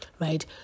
right